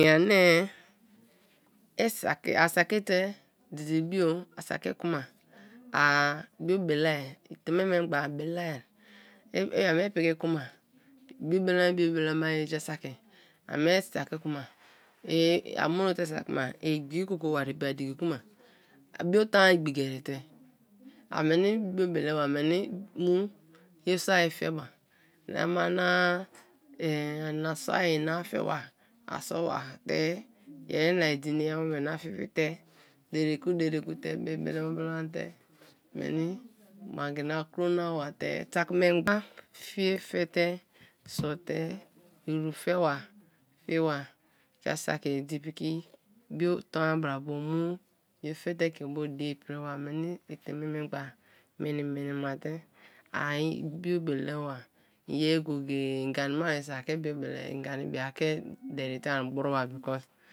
a saki te dede bio a saki kuma a bio betea; i teme memgba belea i mie piki kuma biobele ma-e biobele ma-e; jaa saki a mie saki kuma a mono te saki kuma i igbiki koko wari bo ai diki kma, a bio ton-a igbiki erite i meni biobele ba, a meni mu ye-sor-a fe ba, na ma na, ani-sor na fe ba, a sor wa te yeri na, i di na, i awome na fi ti te, dere ku dere ku te bi belema bele ma te meni mangi na kro na ba te saki memgba fie fe te sor te iru fe ba fi ba, jaa saki idi piki bio ton-a bra bo mu ye fe te ke bo diea priba a meni i teme memgba meni-meni ma te ai biobele ba, en ye-o go-go-e i gani bai so a ke bio bele a, i gani a ke deri te ai bro ma because.